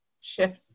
shift